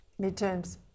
Midterms